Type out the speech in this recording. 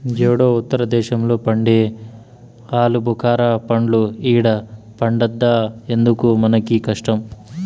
యేడో ఉత్తర దేశంలో పండే ఆలుబుకారా పండ్లు ఈడ పండద్దా ఎందుకు మనకీ కష్టం